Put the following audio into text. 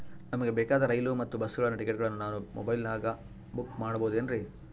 ನಮಗೆ ಬೇಕಾದ ರೈಲು ಮತ್ತ ಬಸ್ಸುಗಳ ಟಿಕೆಟುಗಳನ್ನ ನಾನು ಮೊಬೈಲಿನಾಗ ಬುಕ್ ಮಾಡಬಹುದೇನ್ರಿ?